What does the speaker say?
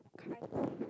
kind